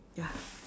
ya